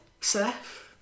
Seth